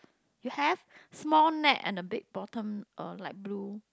you have small neck and a big bottom uh like blue